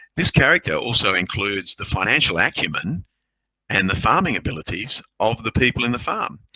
this character also includes the financial acumen and the farming abilities of the people in the farm.